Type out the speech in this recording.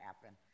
happen